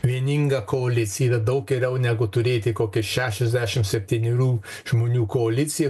vieningą koaliciją yra daug geriau negu turėti kokią šešiasdešim septynerių žmonių koaliciją